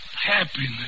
happiness